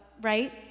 right